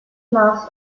mass